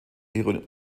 ihre